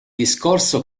discorso